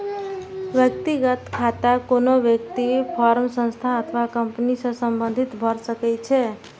व्यक्तिगत खाता कोनो व्यक्ति, फर्म, संस्था अथवा कंपनी सं संबंधित भए सकै छै